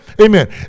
amen